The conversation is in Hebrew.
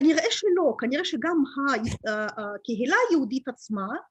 נראה שלא, כנראה שגם הקהילה היהודית עצמה